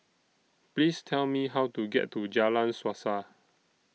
Please Tell Me How to get to Jalan Suasa